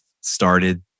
started